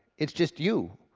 it's just you,